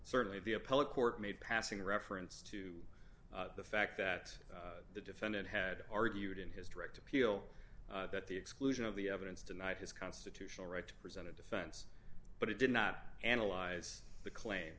certainly the appellate court made passing reference to the fact that the defendant had argued in his direct appeal that the exclusion of the evidence tonight his constitutional right to present a defense but he did not analyze the claim